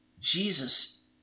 Jesus